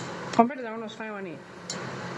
compared to another one is five one eight